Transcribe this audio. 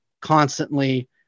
constantly